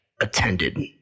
attended